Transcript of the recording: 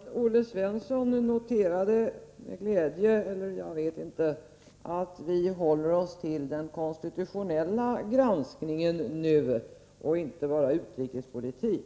Fru talman! Olle Svensson sade att han noterade — om jag minns rätt, sade han att han gjorde det med glädje — att vi i det här ärendet håller oss till den konstitutionella granskningen och inte diskuterar utrikespolitik.